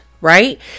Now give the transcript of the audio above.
Right